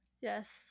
Yes